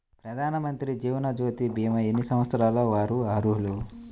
ప్రధానమంత్రి జీవనజ్యోతి భీమా ఎన్ని సంవత్సరాల వారు అర్హులు?